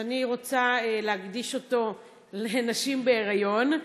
אז אני רוצה להקדיש אותו לנשים בהיריון,